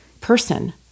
person